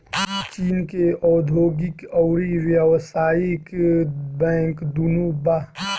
चीन के औधोगिक अउरी व्यावसायिक बैंक दुनो बा